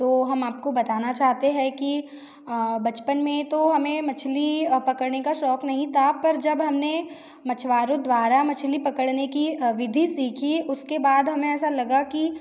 तो हम आपको बताना चाहते हैं कि बचपन में ही तो हमें मछली पकड़ने का शौक़ नहीं था पर जब हम ने मछुआरों द्वारा मछली पकड़ने की विधि सीखी उसके बाद हमें ऐसा लगा कि